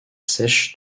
sèches